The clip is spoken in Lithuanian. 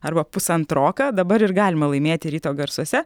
arba pusantroką dabar ir galima laimėti ryto garsuose